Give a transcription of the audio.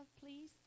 please